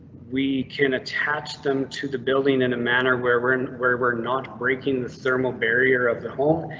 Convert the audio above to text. we can attach them to the building in a manner where we're and where we're not breaking the thermal barrier of the home,